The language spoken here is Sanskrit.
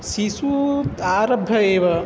शिशुतः आरभ्य एव